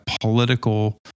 political